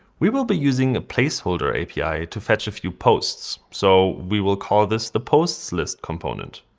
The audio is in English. we will be using a place holder api to fetch a few posts. so we will call this the posts list component.